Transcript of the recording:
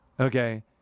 Okay